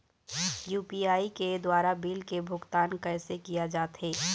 UPI के द्वारा bill के भुगतान कैसे किया जाथे?